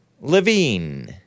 Levine